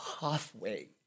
halfway